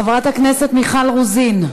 חברת הכנסת מיכל רוזין,